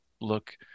look